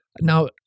Now